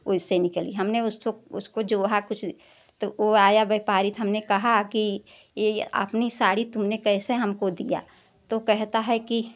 ओइसे निकली हमने उसको जोहा कुछ तो वह आया व्यापारी तो हमने कहा कि आपनी साड़ी तूने कैसे हमको दिया तो कहता है कि